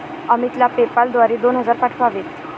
अमितला पेपाल द्वारे दोन हजार पाठवावेत